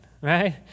right